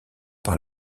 par